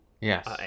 yes